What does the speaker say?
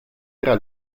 tra